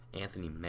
Anthony